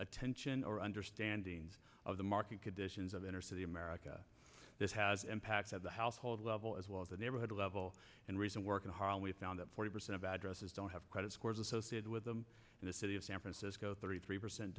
attention or understanding of the market conditions of inner city america this has impacted the household level as well as the neighborhood level and recent work in harlem we found that forty percent of addresses don't have credit scores associated with them in the city of san francisco thirty three percent